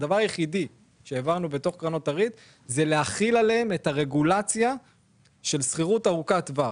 הדבר היחידי שהחלנו עליהם זה את הרגולציה של שכירות ארוכת טווח.